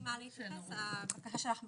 אין לי מה להתייחס, הבקשה שלך מקובלת.